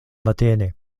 matene